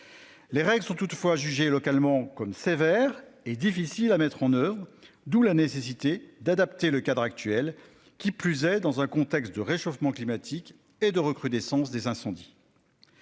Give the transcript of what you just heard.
Les règles sont toutefois jugés localement comme sévère et difficile à mettre en oeuvre. D'où la nécessité d'adapter le cadre actuel. Qui plus est dans un contexte de réchauffement climatique et de recrudescence des incendies.